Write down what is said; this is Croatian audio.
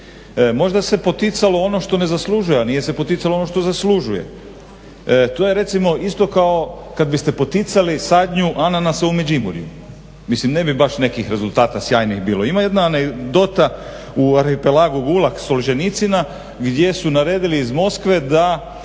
Možda se poticalo ono što ne zaslužuje, a nije se poticalo ono što ne zaslužuje. To je recimo isto kao kad biste poticali sadnju ananasa u Međimurju, mislim ne bi baš nekih rezultata sjajnih bilo. Ima jedna anegdota u "Arhipelagu Gulag" Solženjicina gdje su naredili iz Moskve da